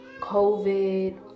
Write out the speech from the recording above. COVID